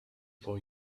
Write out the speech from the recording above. for